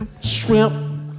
Shrimp